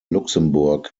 luxembourg